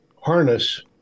harness